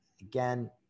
again